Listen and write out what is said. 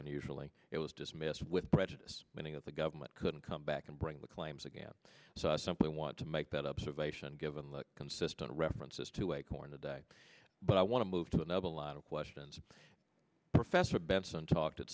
unusually it was dismissed with prejudice meaning that the government couldn't come back and bring the claims again so i simply want to make that observation given consistent references to a corn a day but i want to move to another lot of questions professor benson talked at